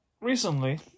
recently